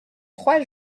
trois